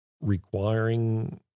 requiring